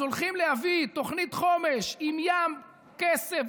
אז הולכים להביא תוכנית חומש עם ים כסף,